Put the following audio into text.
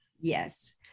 Yes